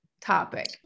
topic